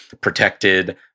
protected